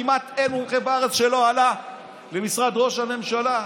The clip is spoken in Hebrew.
כמעט אין מומחה בארץ שלא עלה למשרד ראש הממשלה.